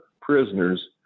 prisoners